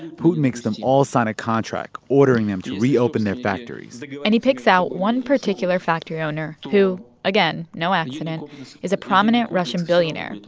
putin makes them all sign a contract ordering them to reopen their factories and he picks out one particular factory owner who again, no accident is a prominent russian billionaire,